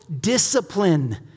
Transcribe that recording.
discipline